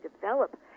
develop